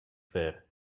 ver